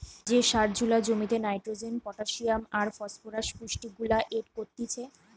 যে সার জুলা জমিতে নাইট্রোজেন, পটাসিয়াম আর ফসফেট পুষ্টিগুলা এড করতিছে